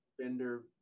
vendor